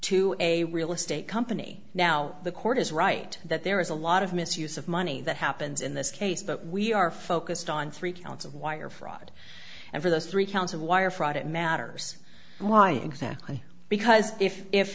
to a real estate company now the court is right that there is a lot of misuse of money that happens in this case but we are focused on three counts of wire fraud and for those three counts of wire fraud it matters why exactly because if